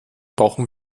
brauchen